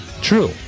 true